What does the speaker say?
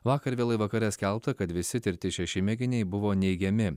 vakar vėlai vakare skelbta kad visi tirti šeši mėginiai buvo neigiami